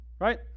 right